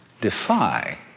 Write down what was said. defy